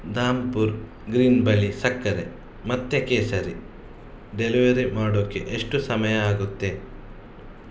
Dhampur Green ಬಳಿ ಸಕ್ಕರೆ ಮತ್ತೆ ಕೇಸರಿ ಡೆಲಿವೆರಿ ಮಾಡೋಕೆ ಎಷ್ಟು ಸಮಯ ಆಗುತ್ತೆ